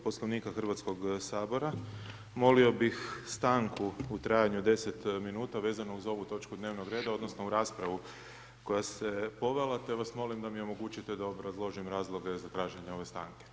Poslovnika Hrvatskog sabora molio bih stanku u trajanju od 10 minuta vezano uz ovu točku dnevnog reda, odnosno uz raspravu koja se povela te vas molim da mi omogućite da obrazložim razloge za traženje ove stanke.